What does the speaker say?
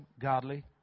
godly